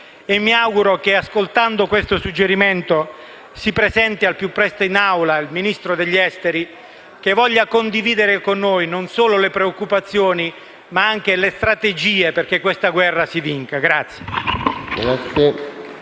mi auguro che ascoltando questo suggerimento si presenti al più presto in Aula il Ministro degli affari esteri, che voglia condividere con noi non solo le preoccupazioni, ma anche le strategie perché questa guerra si vinca.